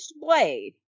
blade